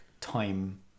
time